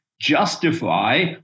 justify